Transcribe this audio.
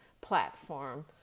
platform